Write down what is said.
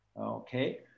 Okay